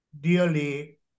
dearly